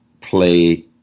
play